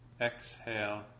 Exhale